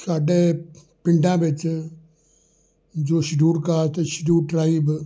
ਸਾਡੇ ਪਿੰਡਾਂ ਵਿੱਚ ਜੋ ਸ਼ਡਿਊਲ ਕਾਸਟ ਅਤੇ ਸ਼ਡਿਊਲ ਟਰਾਈਵ